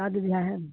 शादी बियाह है ना